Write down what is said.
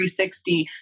360